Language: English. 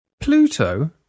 Pluto